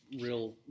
real